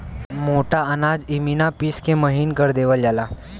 मोटा अनाज इमिना पिस के महीन कर देवल जाला